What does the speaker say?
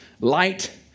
light